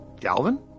Galvin